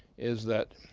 is that,